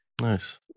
Nice